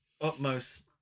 utmost